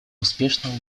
успешного